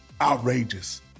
outrageous